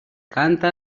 canta